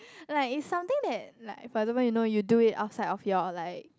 like is something that like for example you know you do it outside of your like